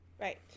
Right